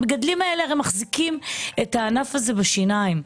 המגדלים האלה הרי מחזיקים את הענף הזה בשיניים.